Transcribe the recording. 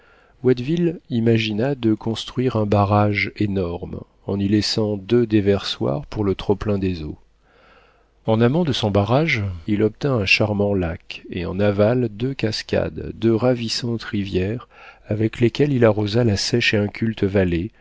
imagina de construire un barrage énorme en y laissant deux déversoirs pour le trop-plein des eaux en amont de son barrage il obtint un charmant lac et en aval deux cascades deux ravissantes rivières avec lesquelles il arrosa la sèche et inculte